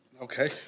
Okay